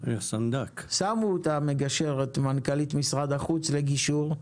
שמו אותה מגשרת מנכ"לית משרד החוץ לגישור,